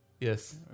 Yes